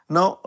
Now